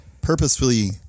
purposefully